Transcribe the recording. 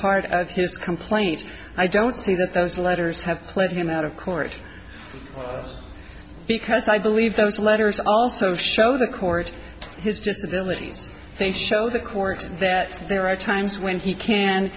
part of his complaint i don't think that those letters have played him out of court because i believe those letters also show the court his disability they show the court that there are times when he can